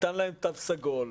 ניתן להם תו סגול.